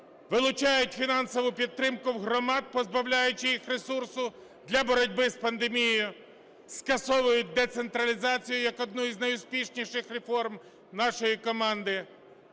вилучають фінансову підтримку в громад, позбавляючи їх ресурсу для боротьби з пандемією, скасовують децентралізацію як одну з найуспішніших реформ нашої команди.